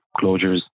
closures